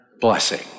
blessing